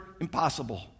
impossible